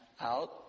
out